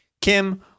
Kim